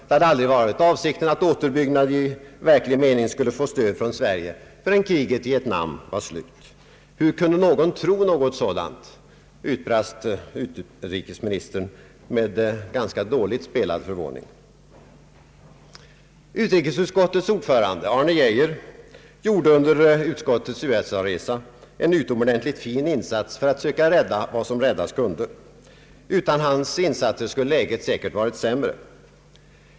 Det hade aldrig varit avsikten att återuppbyggnad i verklig mening skulle få stöd från Sverige förrän kriget i Vietnam var slut. Hur kunde någon tro något sådant, utbrast utrikesministern med ganska dåligt spelad förvåning. Utrikesutskottets ordförande, Arne Geijer, gjorde under utrikesutskottets USA-resa en utomordentligt fin insats för att söka rädda vad som räddas kunde. Utan hans insatser skulle läget säkert varit sämre.